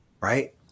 right